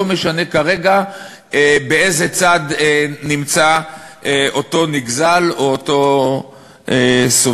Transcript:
לא משנה כרגע באיזה צד נמצא אותו נגזל או אותו סובל.